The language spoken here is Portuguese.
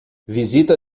visita